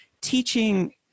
teaching